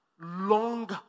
long